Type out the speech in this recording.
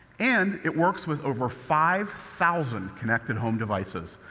and it works with over five thousand connected home devices,